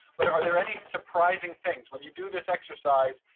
but are there any surprising things when you do this exercise?